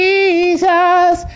Jesus